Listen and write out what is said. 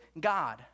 God